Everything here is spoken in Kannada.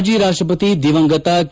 ಮಾಜಿ ರಾಷ್ಟಪತಿ ದಿವಂಗತ ಕೆ